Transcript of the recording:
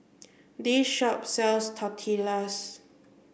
this shop sells Tortillas